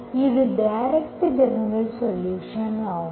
இது direct general solutions ஆகும்